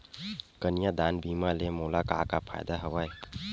कन्यादान बीमा ले मोला का का फ़ायदा हवय?